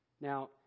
Now